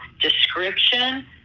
description